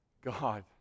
God